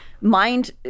mind